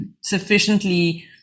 sufficiently